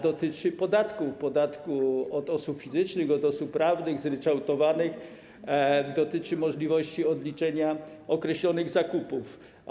Dotyczy to podatków od osób fizycznych, od osób prawnych, zryczałtowanych, dotyczy możliwości odliczenia określonych zakupów.